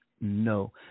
No